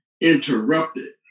Interrupted